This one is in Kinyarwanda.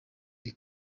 iri